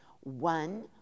one